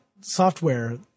software